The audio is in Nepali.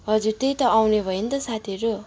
हजुर त्यही त आउने भयो नि त साथीहरू